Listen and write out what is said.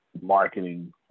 marketing